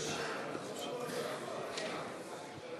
משרד הבריאות,